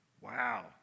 Wow